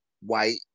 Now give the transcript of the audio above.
white